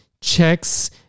checks